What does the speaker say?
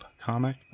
comic